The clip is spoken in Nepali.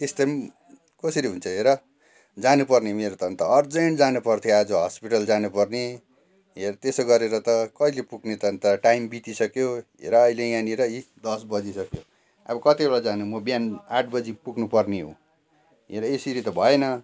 यस्तो कसरी हुन्छ हेर जानु पर्ने मेरो त अन्त अर्जेन्ट जानु पर्थ्यो आज हस्पिटल जानु पर्ने हेर त्यसो गरेर त कहिले तिमीले त अन्त टाइम बितिसक्यो हेर अहिले यहाँनेर यी दस बजिसक्यो अब कति बेला जानु म बिहान आठ बजी पुग्नु पर्ने हो हेर यसरी त भएन